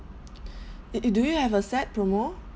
it it do you have a set promo